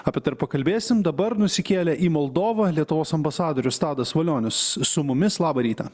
apie tai ir pakalbėsim dabar nusikėlė į moldovą lietuvos ambasadorius tadas valionis su mumis labą rytą